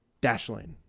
dashlane.